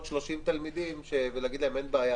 30 תלמידים להגיד להם: אין בעיה,